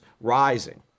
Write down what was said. rising